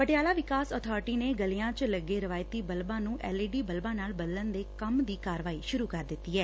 ਪਟਿਆਲਾ ਵਿਕਾਸ ਅਬਾਰਟੀ ਨੇ ਗਲੀਆਂ ਵਿਚ ਲੱਗੇ ਰਵਾਇਤੀ ਬਲੱਬਾਂ ਨੂੰ ਐਲ ਈ ਡੀ ਬਲੱਬਾਂ ਨਾਲ ਬਦਲਣ ਦੇ ਕੰਮ ਦੀ ਕਾਰਵਾਈ ਸੂਰੁ ਕਰ ਦਿੱਤੀ ਐ